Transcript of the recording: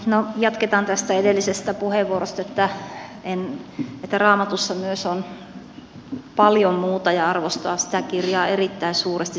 no jatketaan tästä edellisestä puheenvuorosta että raamatussa myös on paljon muuta ja arvostan sitä kirjaa erittäin suuresti